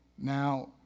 Now